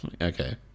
Okay